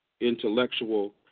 intellectual